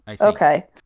Okay